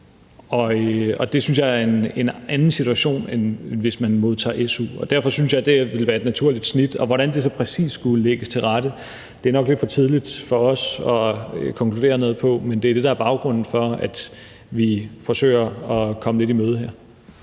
jeg er en anden situation, end hvis man modtager su, og derfor synes jeg, det her ville være et naturligt snit. Hvordan det så præcis skulle lægges til rette er nok lidt for tidligt for os at konkludere noget på, men det er det, der er baggrunden for, at vi forsøger at komme det lidt i møde her.